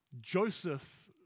Joseph